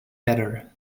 better